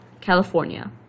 California